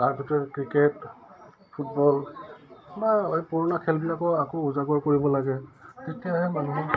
তাৰ ভিতৰত cricket football বা পুৰণা খেলবিলাকো আকৌ উজাগৰ কৰিব লাগে তেতিয়াহে মানুহে